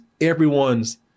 everyone's